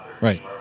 Right